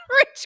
rich